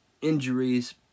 injuries